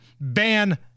ban